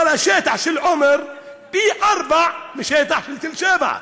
אבל השטח של עומר פי-ארבעה מהשטח של תל-שבע.